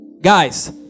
guys